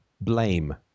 blame